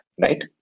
right